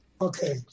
Okay